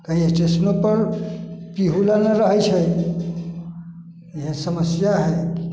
कही स्टेशनो पे पीहू ल नहि रहै छै यही समस्या है